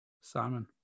Simon